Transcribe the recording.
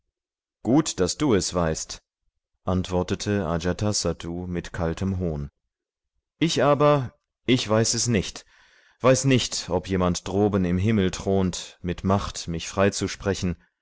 gut daß du es weißt antwortete ajatasattu mit kaltem hohn ich aber ich weiß es nicht weiß nicht ob jemand droben im himmel thront mit macht mich freizusprechen